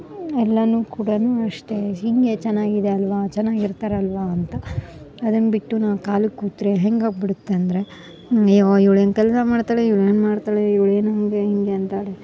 ಎಲ್ಲಾನು ಕೂಡಾನು ಅಷ್ಟೆ ಹೀಗೆ ಚೆನ್ನಾಗಿದೆ ಅಲ್ಲವಾ ಚೆನ್ನಾಗಿರ್ತಾರ್ ಅಲ್ಲವಾ ಅಂತ ಅದನ್ನ ಬಿಟ್ಟು ನಾ ಖಾಲಿ ಕೂತ್ರೆ ಹೆಂಗಾಗ ಬಿಡುತ್ತೆ ಅಂದರೆ ನೀವು ಇವ್ಳ ಏನು ಕೆಲಸ ಮಾಡ್ತಾಳೆ ಇವ್ಳ ಏನು ಮಾಡ್ತಾಳೆ ಇವಳೇನು ಹಾಗೆ ಹೀಗೆ ಅಂತಾರೆ